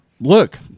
look